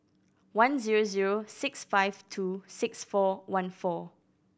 one zero zero six five two six four one four